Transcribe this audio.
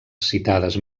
citades